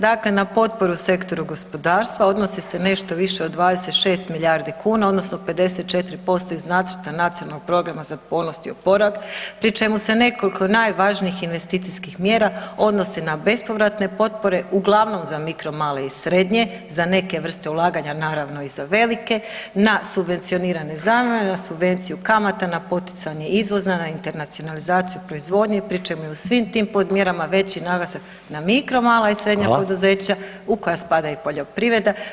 Dakle, na potporu sektoru gospodarstva odnosi se nešto više od 26 milijardi kuna odnosno 54% iz nacrta Nacionalnog programa za otpornost i oporavak pri čemu se nekoliko najvažnijih investicijskih mjera odnose na bespovratne potpore uglavnom za mikro, male i srednje za neke vrste ulaganja, naravno i za velike na subvencionirane zajmove, na subvenciju kamata, na poticanje izvoza, na internacionalizaciju proizvodnje pri čemu je u svim tim podmjerama veći naglasak na mikro, mala i srednja [[Upadica: Hvala.]] poduzeća u koja spada i poljoprivreda.